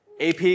AP